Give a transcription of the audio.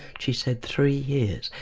she said three years.